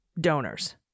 donors